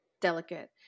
delicate